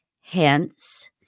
Hence